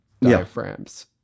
diaphragms